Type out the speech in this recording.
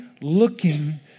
looking